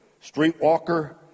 streetwalker